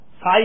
Sai